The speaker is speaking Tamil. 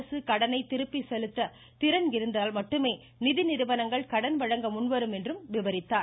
அரசு கடனை திருப்பி செலுத்த திறன் இருந்தால் மட்டுமே நிதி நிறுவனங்கள் கடன் வழங்க முன்வரும் என்றும் விவரித்தார்